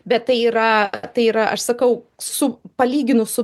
bet tai yra tai yra aš sakau su palyginus su